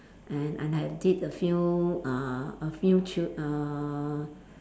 and and I did a few uh a few chill uh